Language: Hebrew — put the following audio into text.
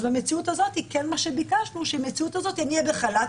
במציאות הזאת ביקשנו שבמציאות הזאת אני אהיה בחל"ת.